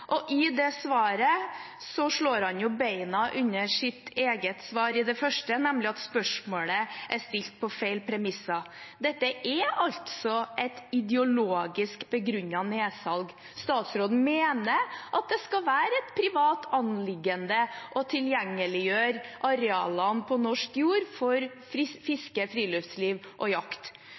I dette svaret slår han beina under det han sa i sitt eget første svar, nemlig at spørsmålet er stilt på feil premisser. Dette er altså et ideologisk begrunnet nedsalg. Statsråden mener at det skal være et privat anliggende å tilgjengeliggjøre arealene på norsk jord for fiske, friluftsliv og jakt.